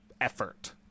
effort